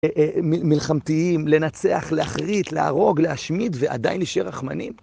מלחמתיים, לנצח, להחריט, להרוג, להשמיד ועדיין להישאר רחמנים.